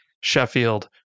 Sheffield